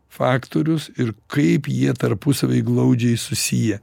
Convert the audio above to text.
faktorius ir kaip jie tarpusavy glaudžiai susiję